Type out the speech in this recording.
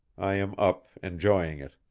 i am up enjoying it.